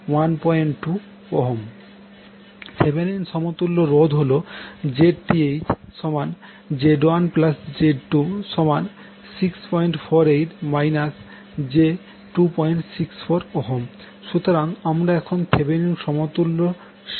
4j124j12436j12 Thevenin সমতুল্য রোধ হল ZThZ1Z2648 j264 সুতরাং আমরা এখন থেভেনিন সমতুল্য সার্কিট পেয়েছি